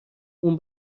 اون